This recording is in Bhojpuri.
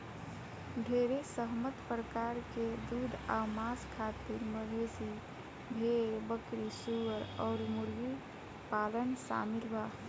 ढेरे सहमत प्रकार में दूध आ मांस खातिर मवेशी, भेड़, बकरी, सूअर अउर मुर्गी पालन शामिल बा